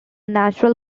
natural